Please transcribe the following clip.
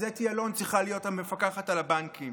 אתי אלון צריכה להיות המפקחת על הבנקים.